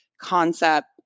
concept